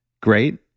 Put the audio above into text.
great